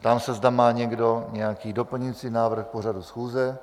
Ptám se, zda má někdo nějaký doplňující návrh k pořadu schůze.